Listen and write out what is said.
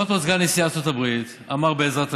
עמד פה סגן נשיא ארצות הברית, אמר "בעזרת השם",